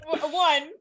one